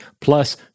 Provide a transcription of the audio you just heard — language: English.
plus